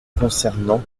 concernant